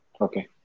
Okay